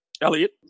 Elliot